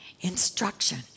instruction